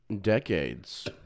decades